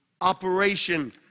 operation